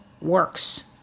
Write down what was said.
works